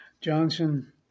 Johnson –